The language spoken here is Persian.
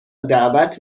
دعوت